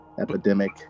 epidemic